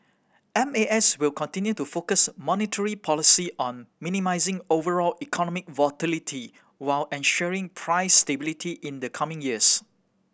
M A S will continue to focus monetary policy on minimising overall economic volatility while ensuring price stability in the coming years